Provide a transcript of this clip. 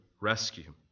rescue